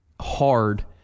hard